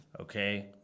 okay